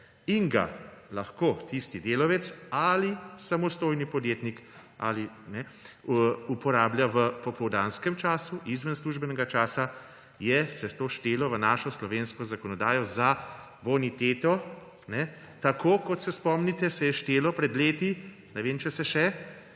in ga lahko tisti delavec ali samostojni podjetnik uporablja v popoldanskem času, izven službenega časa, se je to štelo v naši slovenski zakonodaji za boniteto. Tako kot se spomnite, se je štelo pred leti – ne vem, če se še